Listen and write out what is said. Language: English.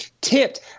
tipped